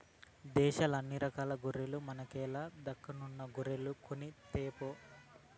దేశంల అన్ని రకాల గొర్రెల మనకేల దక్కను గొర్రెలు కొనితేపో